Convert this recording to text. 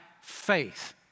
faith